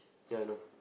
ya I know